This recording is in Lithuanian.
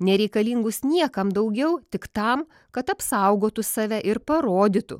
nereikalingus niekam daugiau tik tam kad apsaugotų save ir parodytų